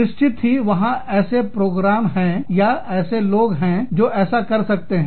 निश्चित ही वहां ऐसे प्रोग्राम है या ऐसे लोग हैं जो ऐसा कर सकते हैं